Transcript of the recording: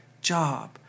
job